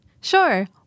Sure